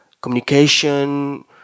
communication